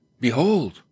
Behold